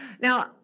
Now